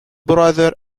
brother